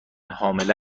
حامله